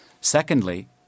Secondly